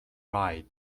ride